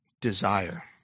desire